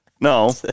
No